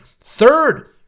Third